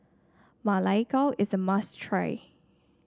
Ma Lai Gao is a must try